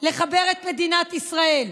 לחבר את מדינת ישראל,